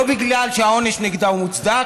ולא בגלל שהעונש נגדה הוא מוצדק,